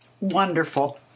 Wonderful